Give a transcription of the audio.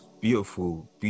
beautiful